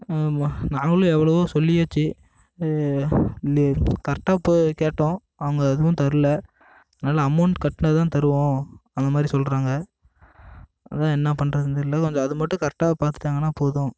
நாங்களும் எவ்வளவோ சொல்லியாச்சு கரெக்டாக போய் கேட்டோம் அவங்க எதுவும் தரலை அதனால் அமௌண்ட் கட்டுனால் தான் தருவோம் அந்தமாதிரி சொல்கிறாங்க அதுதான் என்ன பண்றதுனு தெரியல கொஞ்சம் அது மட்டும் கரெக்டாக பார்த்துட்டாங்கனா போதும்